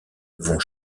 vont